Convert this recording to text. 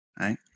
right